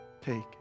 Take